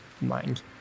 mind